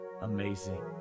amazing